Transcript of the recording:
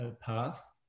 path